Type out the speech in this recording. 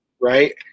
Right